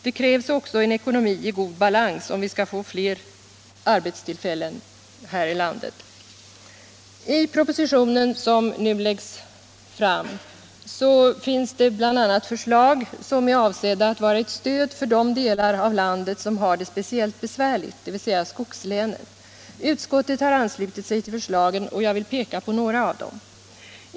Det krävs också en ekonomi i god balans, om vi skall få fler arbetstillfällen här i landet. I den proposition som nu lagts fram finns bl.a. förslag som är avsedda att vara ett stöd för de delar av landet som har det speciellt besvärligt, dvs. skogslänen. Utskottet har anslutit sig till förslagen, och jag vill peka på några av dem.